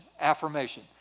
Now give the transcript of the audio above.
affirmation